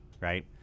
right